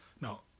Now